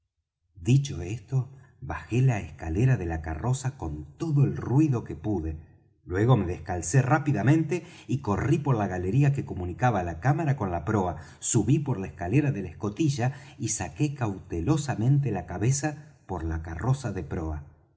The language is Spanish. dicho esto bajé la escalera de la carroza con todo el ruido que pude luego me descalcé rápidamente y corrí por la galería que comunicaba la cámara con la proa subí por la escalera de la escotilla y saqué cautelosamente la cabeza por la carroza de proa